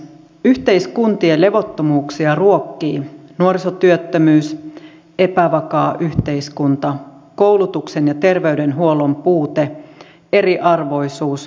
yhteiskuntien levottomuuksia ruokkivat nuorisotyöttömyys epävakaa yhteiskunta koulutuksen ja terveydenhuollon puute eriarvoisuus ja korruptio